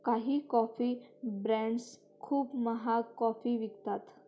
काही coffee brands खूप महाग कॉफी विकतात